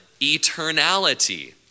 eternality